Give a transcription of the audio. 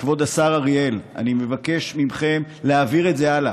כבוד השר אריאל, אני מבקש מכם להעביר את זה הלאה.